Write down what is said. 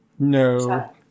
No